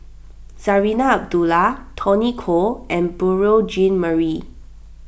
Zarinah Abdullah Tony Khoo and Beurel Jean Marie